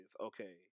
okay